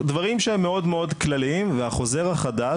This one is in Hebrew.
דברים שהם מאוד מאוד כלליים והחוזר החדש,